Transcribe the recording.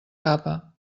capa